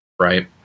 Right